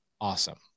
Awesome